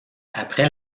après